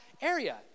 area